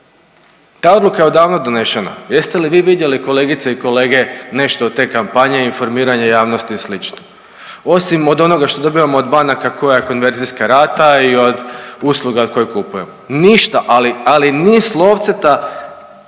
Ta odluka je odavno donešena, jeste li vidjeli kolegice i kolege nešto od te kampanje, informiranja javnosti i sl., osim od onoga što dobivamo od banaka koja konverzijska rata i od usluga koje kupujemo? Ništa, ali ni slovceta